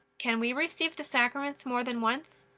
can we receive the sacraments more than once?